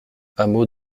hameau